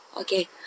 Okay